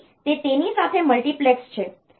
તેથી તે તેની સાથે મલ્ટિપ્લેક્સ્ડ છે